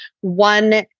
one